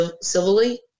civilly